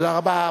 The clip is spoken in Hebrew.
תודה רבה.